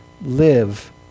live